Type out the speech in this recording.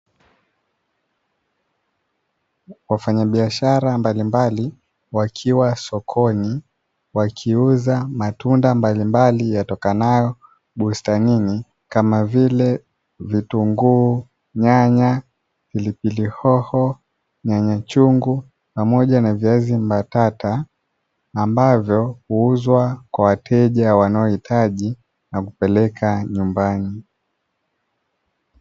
Wafanyabiashara mbalimbali wakiwa sokoni, wakiuza matunda mbalimbali yatokanayo bustanini kama vile; vitunguu, nyanya, pilipili hoho, nyanya chungu pamoja na viazi mbatata ambavyo huuzwa kwa wateja wanaohitaji kupeleka nyumbani.